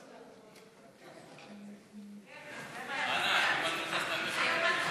סעיפים 1 5